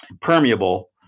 permeable